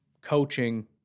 coaching